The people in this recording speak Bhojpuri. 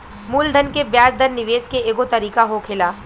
मूलधन के ब्याज दर निवेश के एगो तरीका होखेला